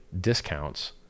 discounts